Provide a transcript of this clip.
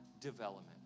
development